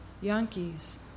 yankees